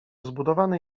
zbudowany